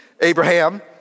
Abraham